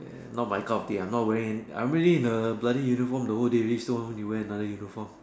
ya not my cup of tea uh I'm not wearing I already in the bloody uniform the whole day already still want me to wear another uniform